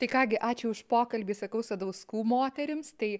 tai ką gi ačiū už pokalbį sakau sadauskų moterims tai